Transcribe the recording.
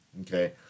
Okay